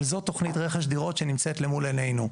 אבל זו תוכנית רכש דירות שנמצאת למול עינינו.